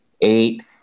Eight